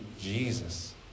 Jesus